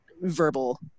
verbal